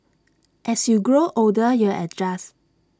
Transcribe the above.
as you grow older you adjust